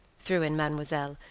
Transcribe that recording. threw in mademoiselle,